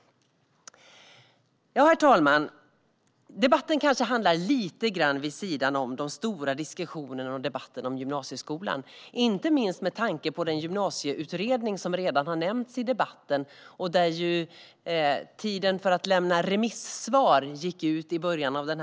Herr talman! Denna debatt kanske hamnar lite grann vid sidan av de stora diskussionerna om gymnasieskolan, inte minst med tanke på den gymnasieutredning som redan har nämnts i debatten. Tiden för att lämna remissvar gick ut i början av månaden.